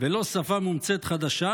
ולא שפה מומצאת חדשה,